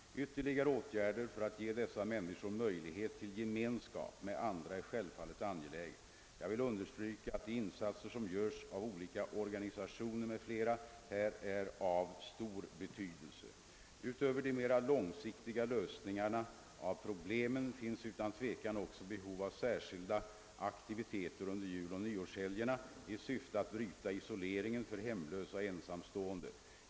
Ytterligare åtgärder för att ge dessa människor möjlighet till gemenskap med andra är självfallet angelägna. Jag vill understryka att de insatser som görs av olika organisationer m.fl. här är av stor betydelse. Utöver de mera långsiktiga lösningarna av problemen finns utan tvivel också behov av särskilda aktiviteter under juloch nyårshelgerna i syfte att bryta isoleringen för hemlösa och ensamstående.